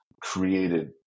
created